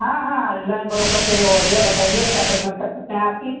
ہاں ہاں land broker سے ہی ہو رہی ہے بتائیے کیا خدمت کر سکتے ہیں آپ کی